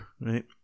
right